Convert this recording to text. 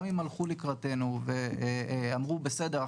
גם אם הלכו לקראתנו ואמרו בסדר,